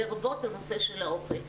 לרבות הנושא של האוכל.